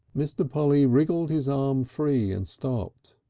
mr. polly wriggled his arm free and stopped.